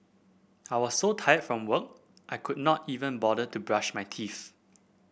I was so tired from work I could not even bother to brush my teeth